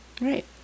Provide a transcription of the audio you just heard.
right